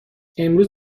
امروز